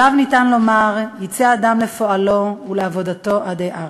עליו ניתן לומר: "יצא אדם לפעלו ולעבדתו עדי ערב".